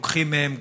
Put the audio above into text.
לוקחים מהם,